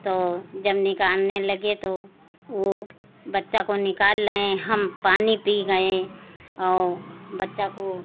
तो जब निकालने लगे तो वह बच्चा को निकाल लाए हम पानी पी गए और बच्चा को